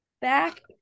back